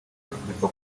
bipfa